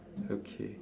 okay